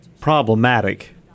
problematic